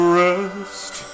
rest